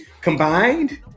combined